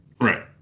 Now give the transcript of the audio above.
right